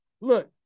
Look